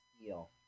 Steel